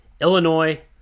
Illinois